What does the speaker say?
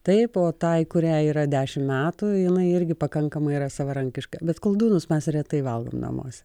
taip o tai kurią yra dešimt metų jinai irgi pakankamai yra savarankiška bet koldūnus mes retai valgo namuose